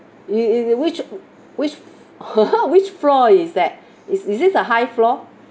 it it it which which which floor is that is is this a high floor